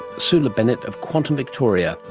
soula bennett of quantum victoria,